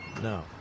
No